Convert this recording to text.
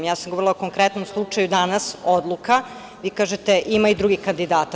Ja sam govorila o konkretnom slučaju danas, odluka, vi kažete - ima i drugih kandidata.